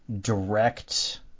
direct